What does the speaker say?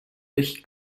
durch